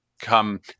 come